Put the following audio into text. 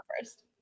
first